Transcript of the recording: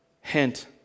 hint